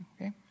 Okay